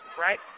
right